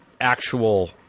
actual